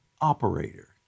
Operator